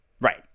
Right